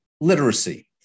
literacy